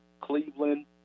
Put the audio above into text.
Cleveland